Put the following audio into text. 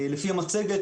לפי המצגת,